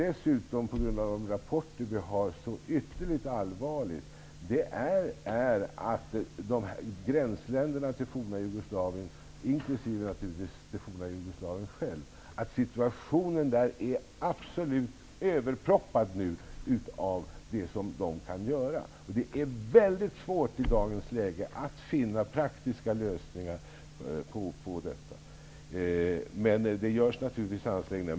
Enligt de rapporter som vi har fått är situationen i grannländerna till det forna Jugoslavien, naturligtvis inkl. det forna Jugoslavien självt, dessutom ytterligt allvarlig. Man har nått den absoluta bristningsgränsen när det gäller vad som kan göras. Det är i dagens läge väldigt svårt att finna praktiska lösningar på detta problem, men det görs naturligtvis ansträngningar.